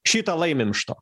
šį tą laimim iš to